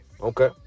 Okay